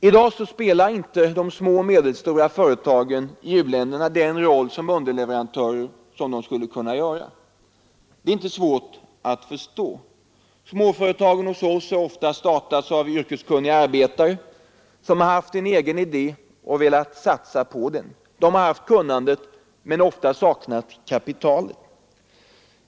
I dag spelar inte de inhemska små och medelstora företagen i u-länderna den roll såsom underleverantörer som de skulle kunna göra. Detta är inte svårt att förstå. Småföretagen hos oss har ofta startats av yrkeskunniga arbetare, som har haft en egen idé och velat satsa på den. De har haft kunnandet men ofta saknat kapitalet.